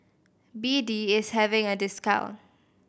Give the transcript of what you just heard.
B D is having a discount